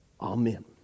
amen